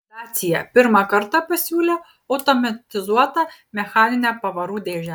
dacia pirmą kartą pasiūlė automatizuotą mechaninę pavarų dėžę